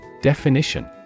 Definition